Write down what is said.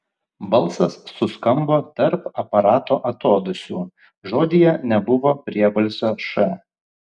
balsas suskambo tarp aparato atodūsių žodyje nebuvo priebalsio š